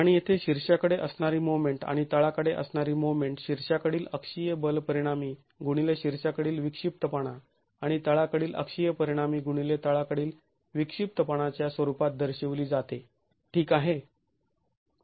आणि येथे शीर्षाकडे असणारी मोमेंट आणि तळाकडे असणारी मोमेंट शीर्षाकडील अक्षीय बल परिणामी गुणिले शीर्षाकडील विक्षिप्तपणा आणि तळाकडील अक्षीय परिणामी गुणिले तळाकडील विक्षिप्तपणाच्या स्वरूपात दर्शविली जाते ठीक आहे